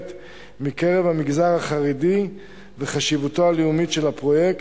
בקרב המגזר החרדי וחשיבותו הלאומית של הפרויקט.